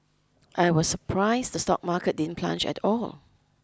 I was surprised the stock market didn't plunge at all